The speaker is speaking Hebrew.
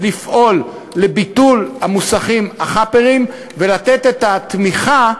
לפעול לביטול המוסכים החאפעריים ולתת את התמיכה,